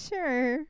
Sure